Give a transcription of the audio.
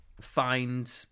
find